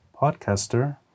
podcaster